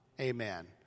Amen